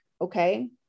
okay